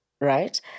right